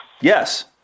Yes